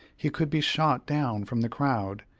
he could be shot down from the crowd,